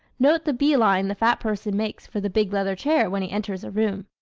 note the bee-line the fat person makes for the big leather chair when he enters a room!